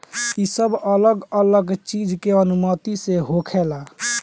ई सब अलग अलग चीज के अनुमति से होखेला